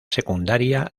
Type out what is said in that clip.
secundaria